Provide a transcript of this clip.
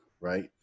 right